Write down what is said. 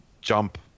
jump